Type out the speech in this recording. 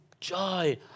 joy